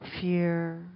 Fear